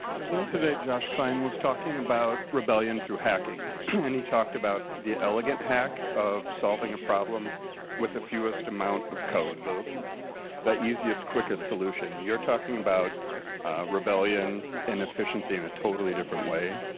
earlier today, josh klein was talking about rebellion through hacking. and he talked about the elegant hack of solving a problem with the fewest amount of code, the the easiest, quickest solution. you're talking about rebellion inefficiency in a totally different way,